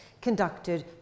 conducted